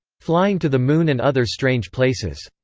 flying to the moon and other strange places.